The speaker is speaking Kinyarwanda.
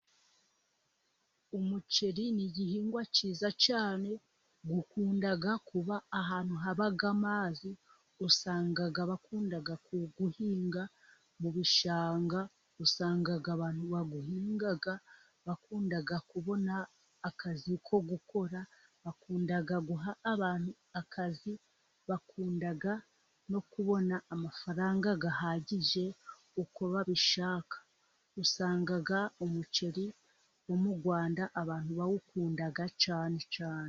Umuceri ni igihingwa cyiza cyane, ukunda kuba ahantu haba amazi, usanga bakunda kuwuhinga mu bishanga, usanga abantu bawuhinga bakunda kubona akazi ko gukora, bakunda guha abantu akazi, bakunda no kubona amafaranga ahagije uko babishaka, usanga umuceri wo mu Rwanda abantu bawukunda cyane cyane.